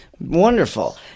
Wonderful